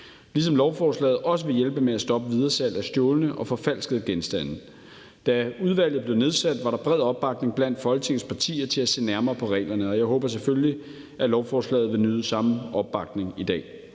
ligesom lovforslaget også vil hjælpe med at stoppe videresalg af stjålne og forfalskede genstande. Da udvalget blev nedsat, var der bred opbakning blandt Folketingets partier til at se nærmere på reglerne, og jeg håber selvfølgelig, at lovforslaget vil nyde samme opbakning i dag.